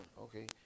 Okay